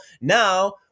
Now